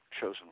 chosen